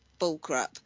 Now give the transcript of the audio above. bullcrap